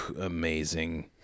amazing